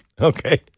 Okay